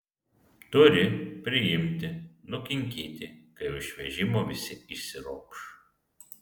turi priimti nukinkyti kai jau iš vežimo visi išsiropš